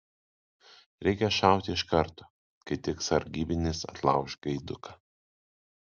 reikia šauti iš karto kai tik sargybinis atlauš gaiduką